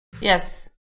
Yes